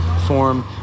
form